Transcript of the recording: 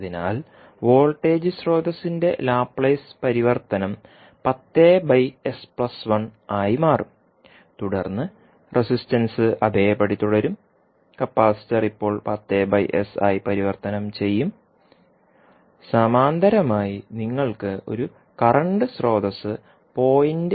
അതിനാൽ വോൾട്ടേജ് സ്രോതസ്സിന്റെ ലാപ്ലേസ് പരിവർത്തനം ആയി മാറും തുടർന്ന് റെസിസ്റ്റൻസ് അതേപടി തുടരും കപ്പാസിറ്റർ ഇപ്പോൾ ആയി പരിവർത്തനം ചെയ്യും സമാന്തരമായി നിങ്ങൾക്ക് ഒരു കറന്റ് സ്രോതസ്സ് 0